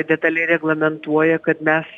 detaliai reglamentuoja kad mes